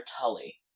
Tully